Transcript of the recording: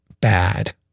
bad